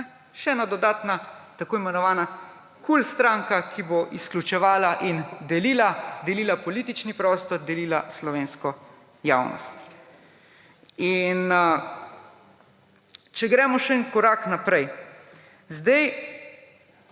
Še ena dodatna tako imenovana kul stranka, ki bo izključevala in delila politični prostor delila slovensko javnost. Če gremo še en korak naprej. Danes